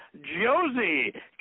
Josie